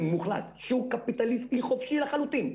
מוחלט שוק קפיטליסטי חופשי לחלוטין.